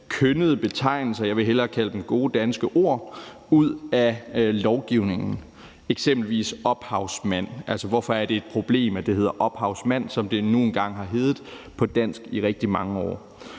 kønnede betegnelser, og jeg vil hellere kalde dem gode danske ord, ud af lovgivningen. Der er eksempelvis »ophavsmand«. Hvorfor er det et problem, at det hedder »ophavsmand«, som det nu engang har heddet på dansk i rigtig mange år?